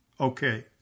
okay